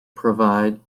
provide